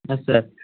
ஆ sir